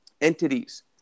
entities